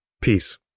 Peace